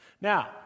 Now